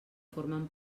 formen